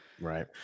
right